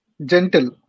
Gentle